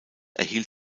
erhielt